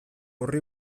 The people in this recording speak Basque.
orri